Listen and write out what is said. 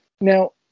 Now